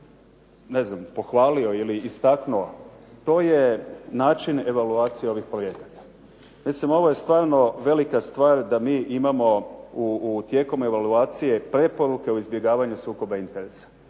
svakako pohvalio ili istaknuo to je način evaluacije ovih projekata. Mislim, ovo je stvarno velika stvar da mi imamo tijekom evaluacije preporuke o izbjegavanju sukoba interesa.